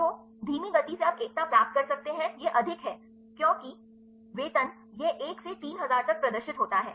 तो धीमी गति से आप एकता प्राप्त कर सकते हैं यह अधिक है क्योंकि वेतन यह 1 से 3000 तक प्रदर्शित होता है